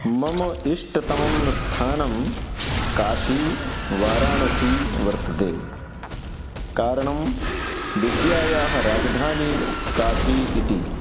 मम इष्टतमं स्थानं काशी वाराणसी वर्तते कारणं विद्यायाः राजधानि काशी इति